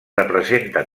representa